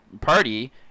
party